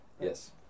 yes